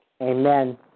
Amen